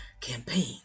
campaign